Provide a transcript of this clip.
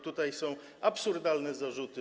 Tutaj są absurdalne zarzuty.